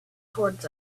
towards